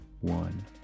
one